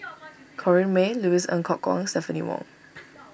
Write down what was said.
Corrinne May Louis Ng Kok Kwang Stephanie Wong